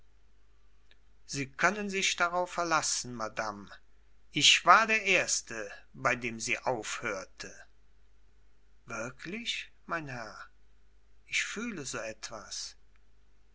sie können sich darauf verlassen madame ich war der erste bei dem sie aufhörte wirklich mein herr ich fühle so etwas